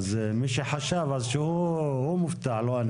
מי שחשב, אז הוא מופתע, לא אני.